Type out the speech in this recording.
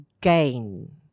gain